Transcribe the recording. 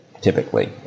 typically